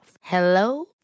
Hello